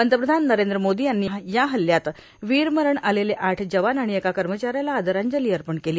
पंतप्रधान नरेंद्र मोदी यांनी या हल्ल्यात वीरमरण आलेले आठ जवान आणि एका कर्मचाऱ्याला आदरांजली अर्पण केली